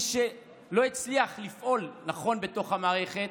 מי שלא הצליח לפעול נכון בתוך המערכת,